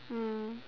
mm